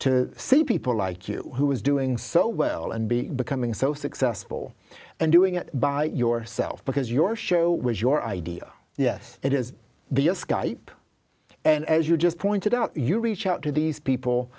to see people like you who is doing so well and be becoming so successful and doing it by yourself because your show was your idea yes it has be a skype and as you just pointed out you reach out to these people